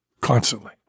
Constantly